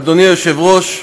אדוני היושב-ראש,